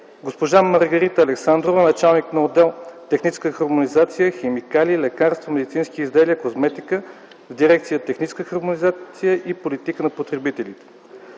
госпожа Маргарита Александрова – началник на отдел „Техническа хармонизация – химикали, лекарства, медицински изделия, козметика” в Дирекция „Техническа хармонизация и политика за потребителите”,